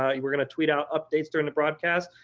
ah yeah going to tweet out updates during the broadcast.